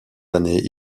années